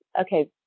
okay